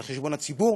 על חשבון הציבור,